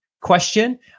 question